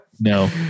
No